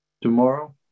tomorrow